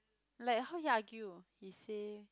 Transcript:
like how you argue he say